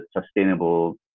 sustainable